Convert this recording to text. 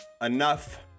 Enough